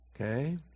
Okay